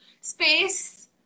space